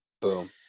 Boom